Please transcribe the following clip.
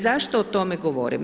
Zašto o tome govorim?